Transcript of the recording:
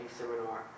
seminar